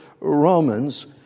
Romans